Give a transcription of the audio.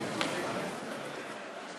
(הישיבה נפסקה בשעה 12:39 ונתחדשה בשעה